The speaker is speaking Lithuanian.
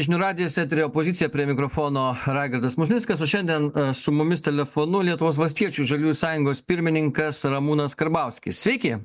žinių radijas eteryje pozicija prie mikrofono raigardas musnickas o šiandien su mumis telefonu lietuvos valstiečių ir žaliųjų sąjungos pirmininkas ramūnas karbauskis sveiki